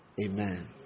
Amen